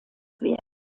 werden